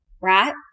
right